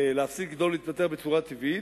להפסיק לגדול ולהתפתח בצורה טבעית,